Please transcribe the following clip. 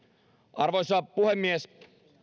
arvoisa puhemies